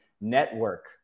network